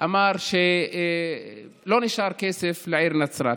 אמר שלא נשאר כסף לעיר נצרת.